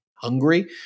Hungry